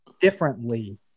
differently